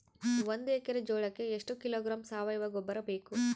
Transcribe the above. ಒಂದು ಎಕ್ಕರೆ ಜೋಳಕ್ಕೆ ಎಷ್ಟು ಕಿಲೋಗ್ರಾಂ ಸಾವಯುವ ಗೊಬ್ಬರ ಬೇಕು?